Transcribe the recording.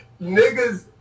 Niggas